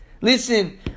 Listen